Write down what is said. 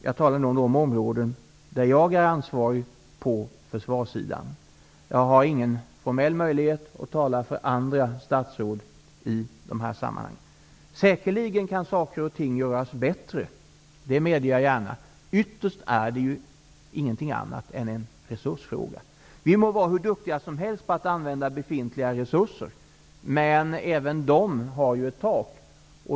Jag talar nu om de områden där jag är ansvarig på försvarssidan. Jag har ingen formell möjlighet att tala för andra statsråd i detta sammanhang. Saker och ting kan säkerligen göras bättre. Det medger jag gärna. Ytterst är det ingenting annat än en resursfråga. Vi må vara hur duktiga som helst på att använda befintliga resurser, men även de har ett tak.